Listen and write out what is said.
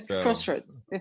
Crossroads